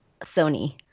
Sony